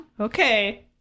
Okay